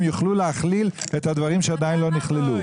יוכלו להכליל את הדברים שעדיין לא נכללו.